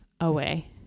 away